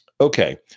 Okay